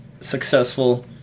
successful